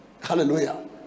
Hallelujah